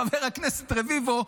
חבר הכנסת רביבו,